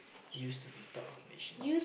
used to be part of Malaysia